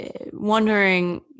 wondering